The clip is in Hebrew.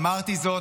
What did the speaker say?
אמרתי זאת,